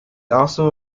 also